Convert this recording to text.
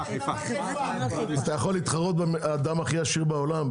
אתה יכול להתחרות באדם הכי עשיר בעולם?